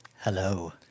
Hello